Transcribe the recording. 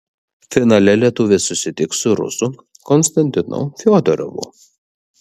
finale lietuvis susitiks su rusu konstantinu fiodorovu